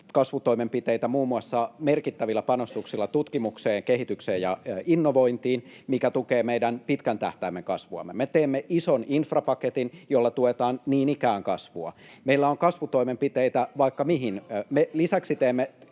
kasvutoimenpiteitä muun muassa merkittävillä panostuksilla tutkimukseen, kehitykseen ja innovointiin, mikä tukee meidän pitkän tähtäimen kasvuamme. [Suna Kymäläinen: Miten se kotitalousvähennys ja alvin korotus?] Me teemme ison infrapaketin, jolla tuetaan niin ikään kasvua. Meillä on kasvutoimenpiteitä vaikka mihin. Lisäksi me teemme